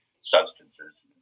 substances